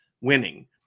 winning